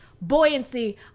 buoyancy